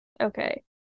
okay